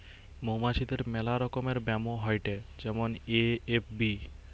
মৌমাছিদের মেলা রকমের ব্যামো হয়েটে যেমন এ.এফ.বি